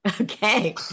Okay